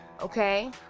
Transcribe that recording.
okay